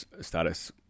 status